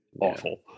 awful